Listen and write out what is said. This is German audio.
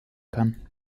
kann